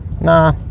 nah